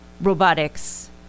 Robotics